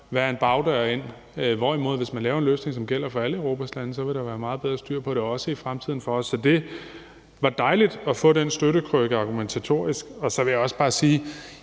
være en bagdør ind, hvorimod der, hvis man laver en løsning, som gælder for alle Europas lande, vil være meget bedre styr på det, også i fremtiden. Så det var dejligt at få den støtte argumentatorisk. Og så vil jeg også bare sige,